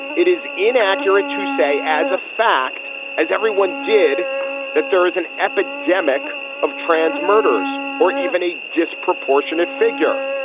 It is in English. it is inaccurate to say as a fact as everyone did that there is an epidemic of trans murders or even a disproportionate figure.